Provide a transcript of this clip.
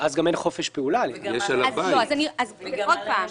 אז גם אין חופש פעולה --- עוד פעם.